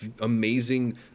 amazing